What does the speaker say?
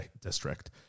district